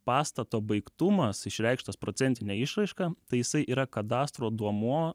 pastato baigtumas išreikštas procentine išraiška tai jisai yra kadastro duomuo